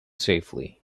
safely